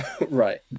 Right